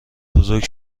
بزرگ